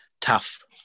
tough